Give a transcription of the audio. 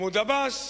מחמוד עבאס